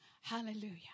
Hallelujah